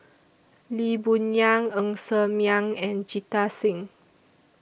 Lee Boon Yang Ng Ser Miang and Jita Singh